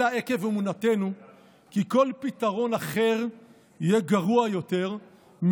אלא עקב אמונתנו כי כל פתרון אחר יהיה גרוע יותר,